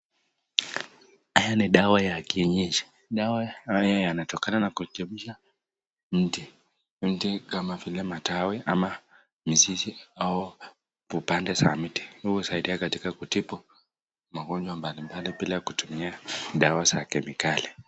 Haya ni dawa ya kienyeji, dawa haya yanatokana na kuchemsha mti, mti kama vile matawi ama mzizi, au upande za mti. Huu usaidia katika kutibu magonjwa mbali mbali bila kutumia dawa za kemikali.